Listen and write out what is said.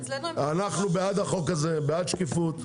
אנחנו בעד החוק הזה, בעד שקיפות.